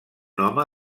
home